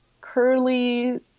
curly